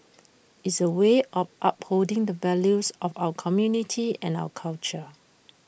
is A way of upholding the values of our community and our culture